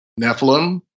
Nephilim